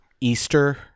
Easter